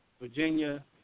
Virginia